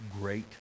great